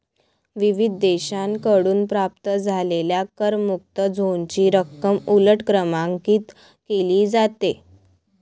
विविध देशांकडून प्राप्त झालेल्या करमुक्त झोनची रक्कम उलट क्रमांकित केली जाते